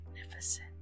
magnificent